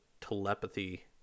telepathy